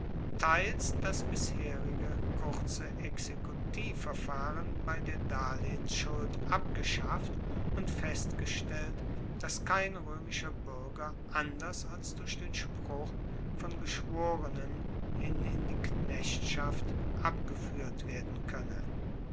teils das bisherige kurze exekutivverfahren bei der darlehensschuld abgeschafft und festgestellt dass kein roemischer buerger anders als auf den spruch von geschworenen hin in die knechtschaft abgefuehrt werden koenne